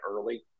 early